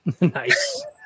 Nice